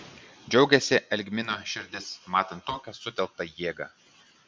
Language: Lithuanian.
džiaugiasi algmino širdis matant tokią sutelktą jėgą